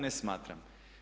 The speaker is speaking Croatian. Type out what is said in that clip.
Ne smatram.